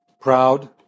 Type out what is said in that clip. proud